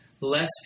less